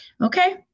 okay